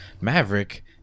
maverick